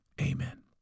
Amen